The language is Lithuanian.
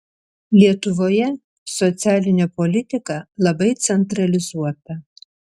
lietuvoje socialinė politika labai centralizuota